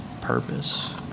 purpose